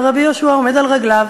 ורבי יהושע עומד על רגליו,